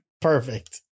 Perfect